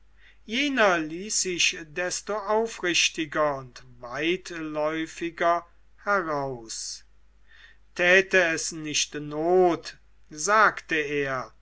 jener ließ sich desto aufrichtiger und weitläufiger heraus täte es nicht not sagte er